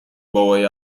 بابای